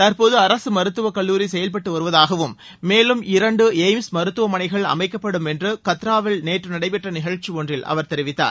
தற்போது அரசு மருத்துவ கல்லூரி செயல்பட்டு வருவதாகவும் மேலும் இரண்டு எய்ம்ஸ் மருத்துவமனைகள் அமைக்கப்படும் என்று கத்ராவில் நேற்று நடைபெற்ற நிகழ்ச்சி ஒன்றில் அவர் தெரிவித்தார்